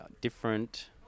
different